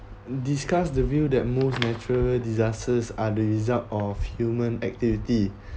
discuss the view that most natural disasters are the result of human activity